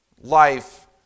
life